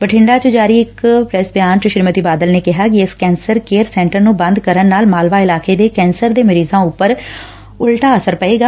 ਬਠਿੰਡਾ ਵਿਚ ਜਾਰੀ ਇਕ ਬਿਆਨ ਵਿਚ ਸ੍ਰੀਮਤੀ ਬਾਦਲ ਨੇ ਕਿਹਾ ਕਿ ਇਸ ਕੈਂਸਰ ਕੇਅਰ ਸੈਂਟਰ ਨੂੰ ਬੰਦ ਕਰਨ ਨਾਲ ਮਾਲਵਾ ਇਲਾਕੇ ਦੇ ਕੈਸਰ ਦੇ ਮਰੀਜਾ ਉਪਰ ਉਲਟਾ ਅਸਰ ਪਏਗਾ